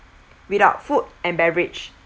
read out food and beverage